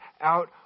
out